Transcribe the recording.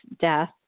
death